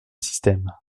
système